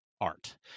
art